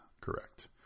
correct